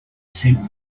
sent